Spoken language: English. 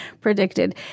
predicted